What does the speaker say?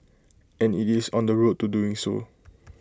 and IT is on the road to doing so